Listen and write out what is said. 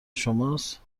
شماست